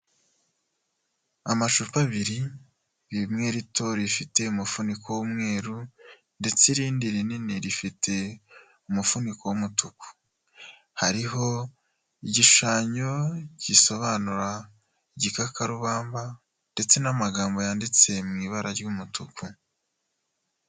Amacupa abiri rimwe rito rifite umufuniko w'umweru ndetse irindi rinini rifite umufuniko w'umutuku, hariho igishushanyo gisobanura igikakarubamba ndetse n'amagambo yanditse mu ibara ry'umutuku.